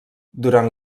durant